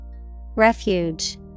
Refuge